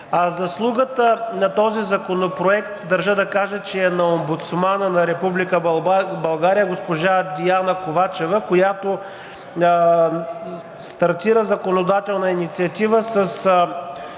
заслугата за този законопроект, държа да кажа, че е на Омбудсмана на Република България – госпожа Диана Ковачева, която стартира законодателна инициатива със